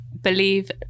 Believe